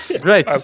great